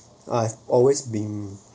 I've always been